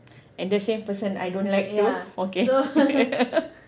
and the same person I don't like too okay